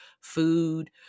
food